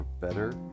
better